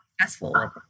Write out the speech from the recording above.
successful